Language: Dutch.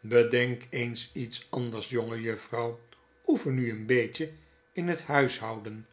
bedenk eens iets anders jongejuffrouw oefen u een beetje in het huishouden